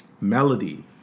melody